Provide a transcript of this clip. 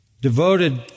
devoted